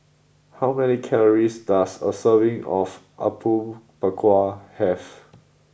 how many calories does a serving of Apom Berkuah have